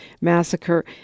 massacre